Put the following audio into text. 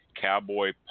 cowboy